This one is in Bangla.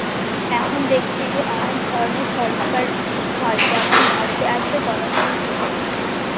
এখন দেখেছি যে অনেক ধরনের সরকার হয় যেমন ভারতে আছে গণতন্ত্র